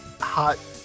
hot